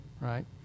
Right